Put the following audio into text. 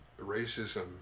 racism